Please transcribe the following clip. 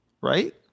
Right